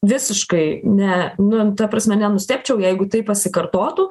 visiškai ne nu ta prasme nenustebčiau jeigu tai pasikartotų